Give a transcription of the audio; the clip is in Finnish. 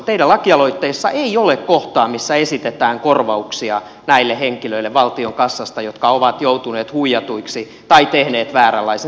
teidän lakialoitteessanne ei ole kohtaa missä esitetään korvauksia valtion kassasta näille henkilöille jotka ovat joutuneet huijatuiksi tai tehneet vääränlaisen järjestelmän